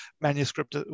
manuscript